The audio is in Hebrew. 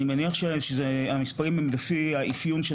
אני מניח שהמספרים הם בשיא האפיון של